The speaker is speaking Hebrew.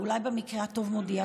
או אולי במקרה הטוב מודיע.